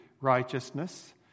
righteousness